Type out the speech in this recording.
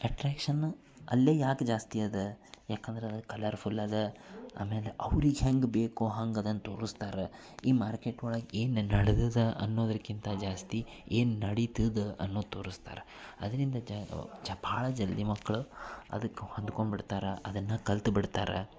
attraction ಅಲ್ಲೇ ಯಾಕೆ ಜಾಸ್ತಿ ಅದ ಯಾಕಂದ್ರೆ ಅದು ಕಲರ್ಫುಲ್ ಅದ ಆಮೇಲೆ ಅವ್ರಿಗೆ ಹೆಂಗೆ ಬೇಕು ಹಂಗೆ ಅದನ್ನು ತೋರ್ಸ್ತಾರೆ ಈ ಮಾರ್ಕೆಟ್ ಒಳಗೆ ಏನು ನಡೆದದ ಅನ್ನೋದಕ್ಕಿಂತ ಜಾಸ್ತಿ ಏನು ನಡಿತದ ಅನ್ನೋದು ತೋರ್ಸ್ತಾರೆ ಅದರಿಂದ ಜಾ ಜಾ ಭಾಳ ಜಲ್ದಿ ಮಕ್ಕಳು ಅದಕ್ಕೆ ಹೊಂದ್ಕೊಂಬಿಡ್ತಾರೆ ಅದನ್ನು ಕಲ್ತು ಬಿಡ್ತಾರೆ